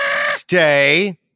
Stay